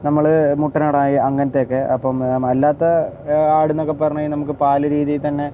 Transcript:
നമ്മൾ മുട്ടനാട് ആയി അങ്ങനത്തെയൊക്കെ അപ്പം അല്ലാത്ത ആട് എന്നൊക്കെ പറഞ്ഞുകഴിഞ്ഞാൽ പാൽ രീതിയിൽ തന്നെ